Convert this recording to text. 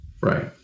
Right